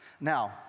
Now